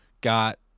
got